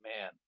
man